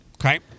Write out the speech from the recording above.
Okay